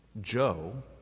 Joe